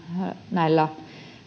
näillä